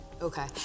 Okay